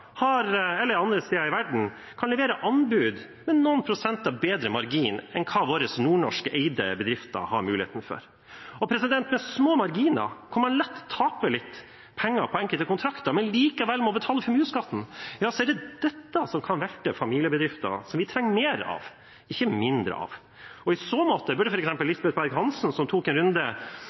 svenskegrensen eller andre steder i verden, kan levere anbud med noen prosenter bedre margin enn hva våre nordnorsk-eide bedrifter har muligheten til. Med små marginer kan en lett tape litt penger på enkelte kontrakter, men når en likevel må betale formuesskatten, er det dette som kan velte familiebedrifter, som vi trenger flere av, ikke færre av. I så måte burde f.eks. Lisbeth Berg-Hansen, som tok en runde